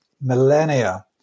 millennia